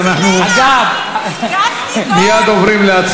ואמר: אני מודיע לכם,